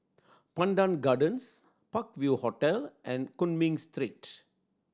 Pandan Gardens Park View Hotel and Cumming Street